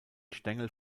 stängel